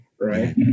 right